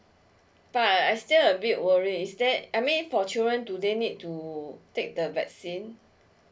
but I still a bit worried is there I mean for children do they need to take the vaccine